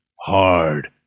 hard